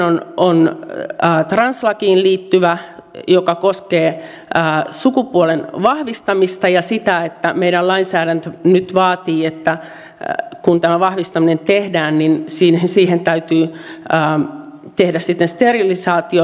toinen on translakiin liittyvä joka koskee sukupuolen vahvistamista ja sitä että meidän lainsäädäntömme nyt vaatii että kun tämä vahvistaminen tehdään täytyy tehdä sitten sterilisaatio